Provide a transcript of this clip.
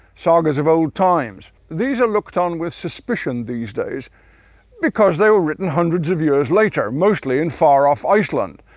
sagas of old times. these are looked on with suspicion these days because they were written hundreds of years later, mostly in far-off iceland.